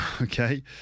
Okay